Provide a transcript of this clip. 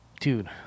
dude